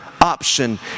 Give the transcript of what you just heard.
option